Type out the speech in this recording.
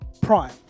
Prime